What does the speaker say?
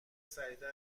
سریعتر